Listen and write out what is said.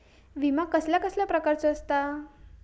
विमा कसल्या कसल्या प्रकारचो असता?